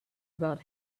about